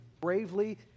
bravely